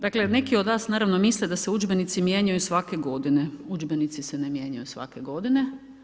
Dakle neki od vas naravno misle da se udžbenici mijenjaju svake godine, udžbenici se ne mijenjaju svake godine.